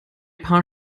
paar